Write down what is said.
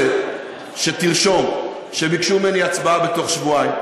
אז אני מבקש ממזכירת הכנסת שתרשום שביקשו ממני הצבעה בתוך שבועיים.